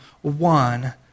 one